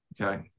okay